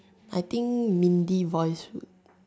I think Mindy voice would